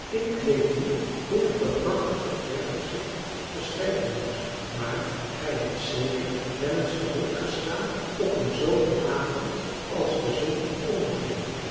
ik weet niet hoe ik dat prachtige vergezicht beschrijven moet maar gij hebt zeker wel eens verrukt gestaan op een zomeravond als de zon onderging